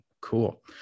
Cool